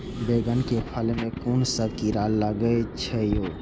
बैंगन के फल में कुन सब कीरा लगै छै यो?